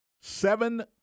Seven